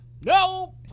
No